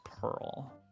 pearl